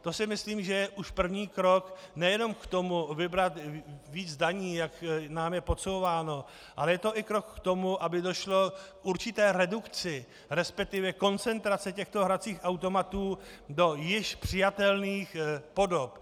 To si myslím, že je už první krok nejenom k tomu vybrat víc daní, jak nám je podsouváno, ale je to i krok k tomu, aby došlo k určité redukci, resp. koncentraci těchto hracích automatů do již přijatelných podob.